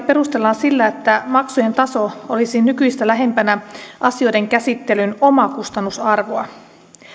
perustellaan sillä että maksujen taso olisi nykyistä lähempänä asioiden käsittelyn omakustannusarvoa